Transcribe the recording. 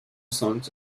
songs